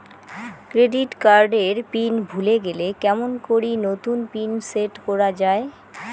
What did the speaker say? Credit card এর pin ভুলে গেলে কেমন করি নতুন পিন সেট করা য়ায়?